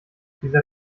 dieser